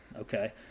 okay